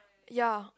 ya